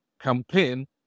campaign